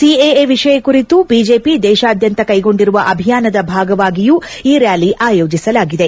CAA ವಿಷಯ ಕುರಿತು BJP ದೇಶಾದ್ಯಂತ ಕೈಗೊಂಡಿರುವ ಅಭಿಯಾನದ ಭಾಗವಾಗಿ ಈ ರ್ಯಾಲಿ ಆಯೋಜಿಸಲಾಗಿದೆ